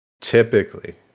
typically